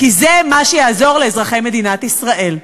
כי זה מה שיעזור לאזרחי מדינת ישראל.